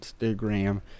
Instagram